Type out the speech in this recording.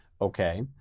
Okay